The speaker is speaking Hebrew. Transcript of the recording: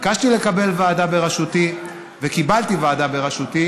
ביקשתי לקבל ועדה בראשותי וקיבלתי ועדה בראשותי.